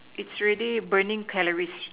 it's already burning calories